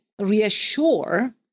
reassure